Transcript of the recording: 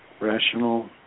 rational